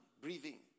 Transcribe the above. breathing